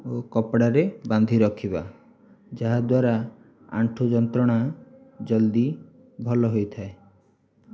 ଓ କପଡ଼ାରେ ବାନ୍ଧି ରଖିବା ଯାହାଦ୍ୱାରା ଆଣ୍ଠୁ ଯନ୍ତ୍ରଣା ଜଲ୍ଦି ଭଲ ହୋଇଥାଏ